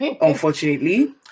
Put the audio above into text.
unfortunately